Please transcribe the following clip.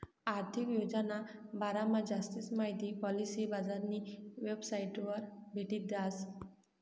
आर्थिक योजनाना बारामा जास्ती माहिती पॉलिसी बजारनी वेबसाइटवर भेटी जास